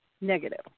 negative